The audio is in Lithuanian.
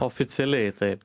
oficialiai taip